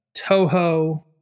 Toho